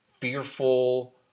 fearful